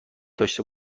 داشته